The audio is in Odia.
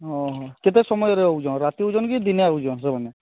ଓଃ କେତେ ସମୟରେ ଆସୁଛନ୍ତି ରାତି ଆସୁଛନ୍ତି କି ଦିନ ଆସୁଛନ୍ତି ସେମାନେ